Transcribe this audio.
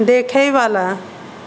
देखएवला